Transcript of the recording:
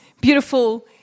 beautiful